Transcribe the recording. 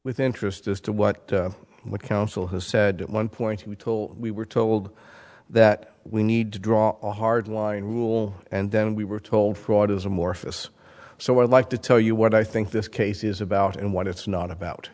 with interest as to what what counsel has said at one point he told we were told that we need to draw a hard line rule and then we were told fraud is amorphous so i'd like to tell you what i think this case is about and what it's not about